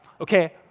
Okay